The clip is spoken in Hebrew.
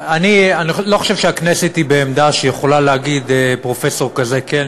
אני לא חושב שהכנסת היא בעמדה שהיא יכולה להגיד: פרופסור כזה כן,